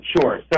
Sure